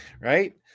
right